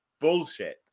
bullshit